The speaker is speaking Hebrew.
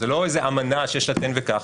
זה לא איזה אמנה שיש לה תן וקח,